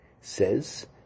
says